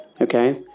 okay